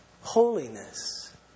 holiness